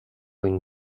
une